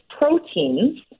proteins